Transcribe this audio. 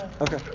Okay